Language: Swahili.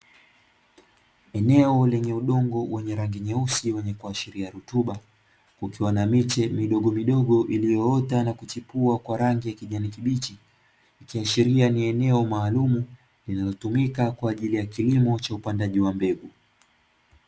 Eneo lenye udongo wenye rangi nyeusi wenye kuashiria rutuba, kukiwa na miche midogomidogo iliyo ota na kuchipua kwa rangi ya kijani kibichi ikiashiria ni eneo maalumu linalotumika kwa ajili ya kilimo cha upandaji wa mbegu.